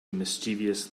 mischievous